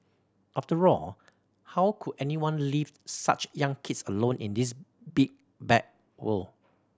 after all how could anyone leave such young kids alone in this big bad world